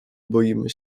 boimy